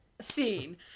scene